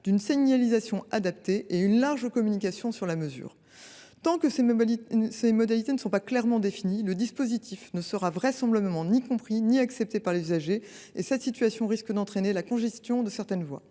d’une signalisation adaptée et une large communication sur la mesure. Tant que ces modalités ne seront pas clairement définies, le dispositif ne sera vraisemblablement ni compris ni accepté par les usagers, situation qui risque d’entraîner la congestion de certaines voies.